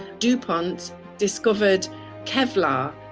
dupont discovered kevlar.